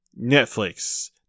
Netflix